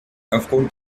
aufgrund